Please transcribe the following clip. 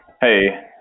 Hey